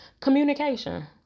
communication